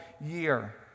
year